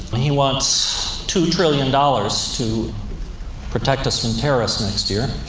he wants two trillion dollars to protect us from terrorists next year,